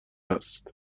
است